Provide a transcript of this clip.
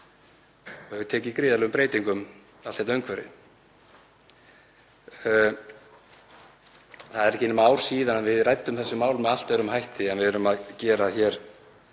Það er ekki nema ár frá því að við ræddum þessi mál með allt öðrum hætti en við erum að gera hér